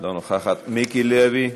אינה נוכחת, מיקי לוי,